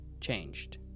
changed